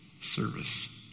service